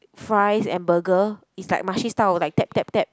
fries and burger it's like Marche style like tap tap tap